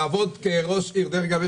לעבוד כראש עיר דרך אגב,